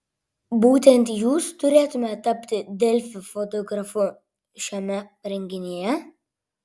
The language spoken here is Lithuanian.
būtent jūs turėtumėte tapti delfi fotografu šiame renginyje